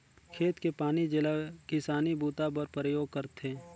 खेत के पानी जेला किसानी बूता बर परयोग करथे